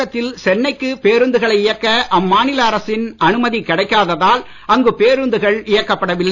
தமிழகத்தில் சென்னைக்கு பேருந்துகளை இயக்க அம்மாநில அரசின் அனுமதி கிடைக்காததால் அங்கு பேருந்துகள் இயக்கப்படவில்லை